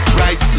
right